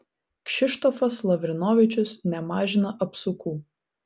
kšištofas lavrinovičius nemažina apsukų